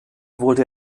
wurde